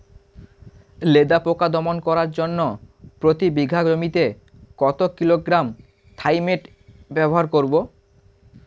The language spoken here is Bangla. লেদা পোকা দমন করার জন্য প্রতি বিঘা জমিতে কত কিলোগ্রাম থাইমেট ব্যবহার করব?